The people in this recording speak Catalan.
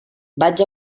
vaig